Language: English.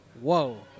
whoa